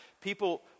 people